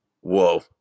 Whoa